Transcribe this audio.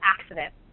accident